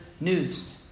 news